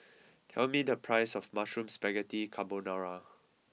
tell me the price of Mushroom Spaghetti Carbonara